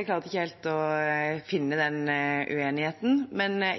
ikke helt å finne den uenigheten.